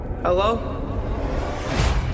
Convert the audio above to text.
Hello